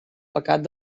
pecat